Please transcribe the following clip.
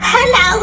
Hello